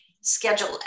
Schedule